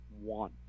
one